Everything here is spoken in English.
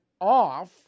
off